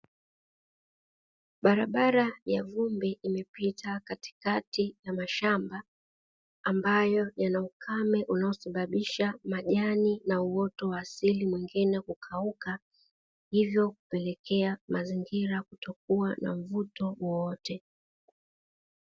Barabara ya vumbi imepita katikati ya mashamba ambayo yanaukame yanayosababisha majani na uoto mwingine kukauka, hivyo kupelekea mazingira kutokuwa na mvuto wowote.